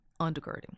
undergirding